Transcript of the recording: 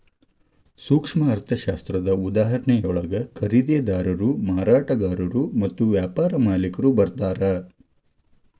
ಸೂಕ್ಷ್ಮ ಅರ್ಥಶಾಸ್ತ್ರದ ಉದಾಹರಣೆಯೊಳಗ ಖರೇದಿದಾರರು ಮಾರಾಟಗಾರರು ಮತ್ತ ವ್ಯಾಪಾರ ಮಾಲಿಕ್ರು ಬರ್ತಾರಾ